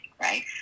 right